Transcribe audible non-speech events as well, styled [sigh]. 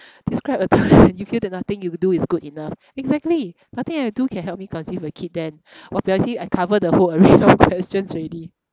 describe a time [laughs] you feel that nothing you could do is good enough exactly nothing I do can help me conceive a kid then obviously I cover the whole array of questions already